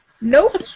Nope